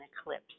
eclipse